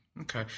Okay